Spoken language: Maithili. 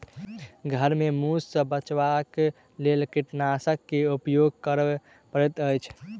घर में मूस सॅ बचावक लेल कृंतकनाशक के उपयोग करअ पड़ैत अछि